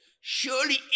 surely